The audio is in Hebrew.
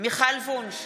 מיכל וונש,